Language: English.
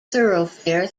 thoroughfare